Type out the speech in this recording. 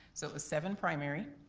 so it was seven primary,